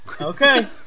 Okay